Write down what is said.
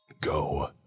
Go